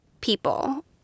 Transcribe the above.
people